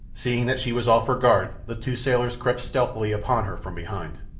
seeing that she was off her guard, the two sailors crept stealthily upon her from behind.